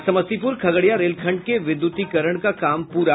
और समस्तीपुर खगड़िया रेलखंड के विद्युतीकरण का काम पूरा